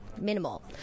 minimal